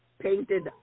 painted